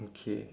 okay